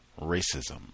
racism